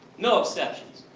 no exceptions.